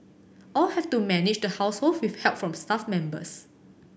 all have to manage the household with help from staff members